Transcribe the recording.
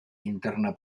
interna